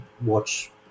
watch